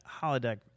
holodeck